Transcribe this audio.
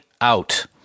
out